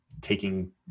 taking